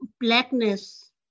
Blackness